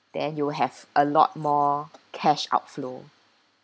then you will have a lot more cash outflow